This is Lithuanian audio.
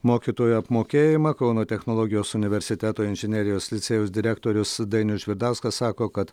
mokytojų apmokėjimą kauno technologijos universiteto inžinerijos licėjaus direktorius dainius žvirdauskas sako kad